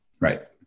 Right